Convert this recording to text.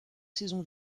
saisons